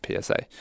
PSA